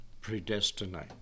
predestinate